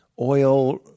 oil